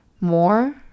more